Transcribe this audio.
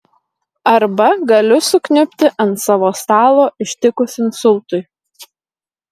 arba galiu sukniubti ant savo stalo ištikus insultui